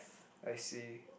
I see